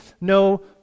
no